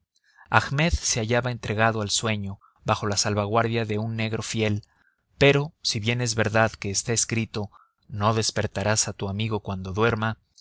ahmed se hallaba entregado al sueño bajo la salvaguardia de un negro fiel pero si bien es verdad que está escrito no despertarás a tu amigo cuando duerma